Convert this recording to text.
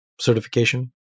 certification